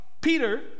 Peter